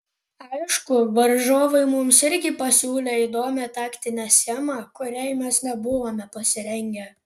aišku varžovai mums irgi pasiūlė įdomią taktinę schemą kuriai mes nebuvome pasirengę